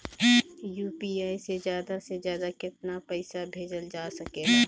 UPI से ज्यादा से ज्यादा केतना पईसा भेजल जा सकेला?